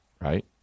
right